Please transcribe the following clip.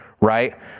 right